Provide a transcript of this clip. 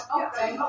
okay